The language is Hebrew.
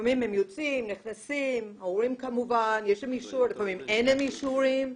הם יוצאים, נכנסים, יש אישורים, אין אישורים.